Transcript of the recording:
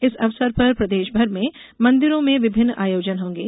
इस अवसर पर प्रदेशभर में मंदिरों में विभिन्न आयोजन होंगे